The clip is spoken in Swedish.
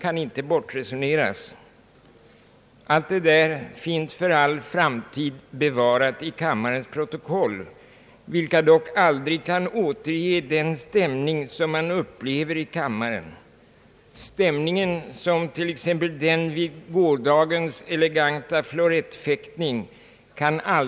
Allt detta finns för all framtid bevarat i kammarens protokoll, vilka dock aldrig kan återge den stämning som man upplever i kammaren, t.ex. stämningen vid gårdagens eleganta florettfäktning.